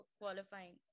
qualifying